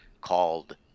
called